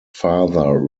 father